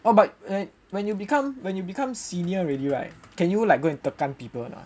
oh but when you become when you become senior already right can you like go and tekan people you know